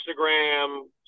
Instagram